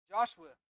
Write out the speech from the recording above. Joshua